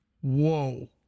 whoa